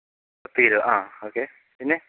പത്തുകിലോ ആ ഓക്കേ പിന്നെ